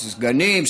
סגנים,